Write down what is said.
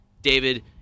David